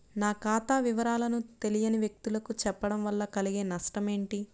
నా ఖాతా వివరాలను తెలియని వ్యక్తులకు చెప్పడం వల్ల కలిగే నష్టమేంటి?